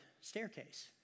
staircase